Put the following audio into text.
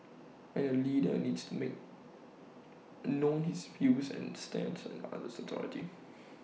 and A leader needs to make known his views and stance to others in authority